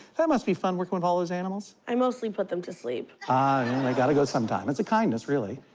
that must be fun working with all those animals. i mostly put them to sleep. i mean they gotta go sometime. it's a kindness, really.